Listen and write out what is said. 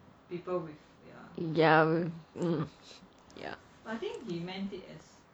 yeah yeah